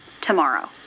tomorrow